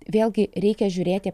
vėlgi reikia žiūrėti